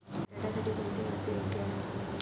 बटाट्यासाठी कोणती माती योग्य आहे?